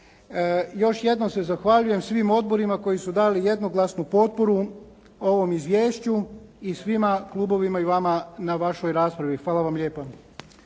Još jednom se zahvaljujem svim odborima koji su dali jednoglasnu potporu ovom izvješću i svima klubovima i vama na vašoj raspravi. Hvala vam lijepo.